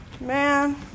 man